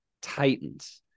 Titans